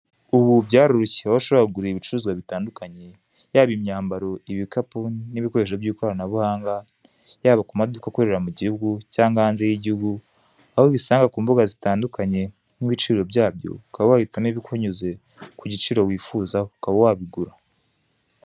Ubu byaroroshye, aho ushobora kugura ibicuruzwa bitandukanye: yaba imyambaro, ibikapu n'ibikoresho by'ikoranabuhanga, yaba ku maduka akorera mu gihugu cyangwa hanze y'igihugu, aho ubisanga ku mbuga zitandukanye n'ibiciro byabyo; ukaba wahitamo ibikunyuze ku giciro wifuza, ukaba wabigura.